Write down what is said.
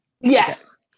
Yes